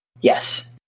Yes